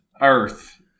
Earth